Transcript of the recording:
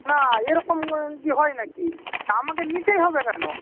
না এরকম কি হয় নাকি আমাকে নিতেই হবে কেন